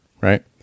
right